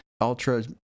Ultra